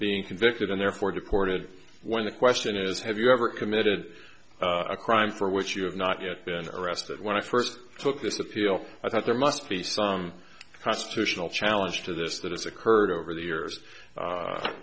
being convicted and therefore deported when the question is have you ever committed a crime for which you have not yet been arrested when i first took this appeal i thought there must be some constitutional challenge to this that has occurred over the years